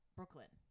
Brooklyn